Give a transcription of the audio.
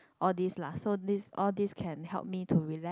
all this lah so this all this can help me to relax